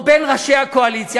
או בין ראשי הקואליציה,